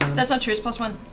um that's not true. it's but one.